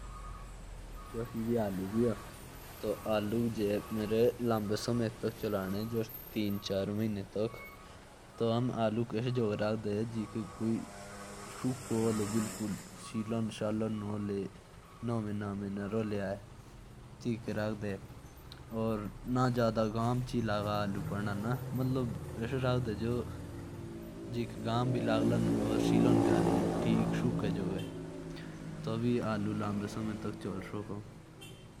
जैसे आलू होते हैं तो उसे ऐसे जगह रखो जहां सूखा होता है। और वहाँ रखे। और वहाँ गीला तो बिलकुल भी नहीं होना चाहिए। वरना आलू सड़ भी सकते हैं।